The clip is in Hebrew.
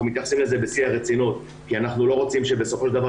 מתייחסים לזה בשיא הרצינות כי אנחנו לא רוצים שבסופו של דבר,